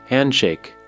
Handshake